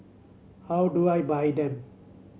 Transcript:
how do I buy them